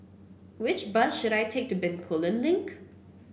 which bus should I take to Bencoolen Link